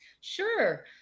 Sure